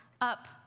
up